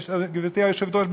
גברתי היושבת-ראש,